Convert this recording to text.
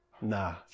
Nah